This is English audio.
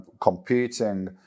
competing